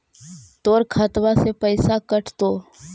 तोर खतबा से पैसा कटतो?